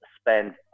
spend